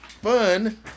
Fun